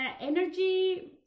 energy